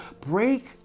Break